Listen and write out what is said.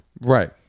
Right